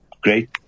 great